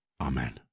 Amen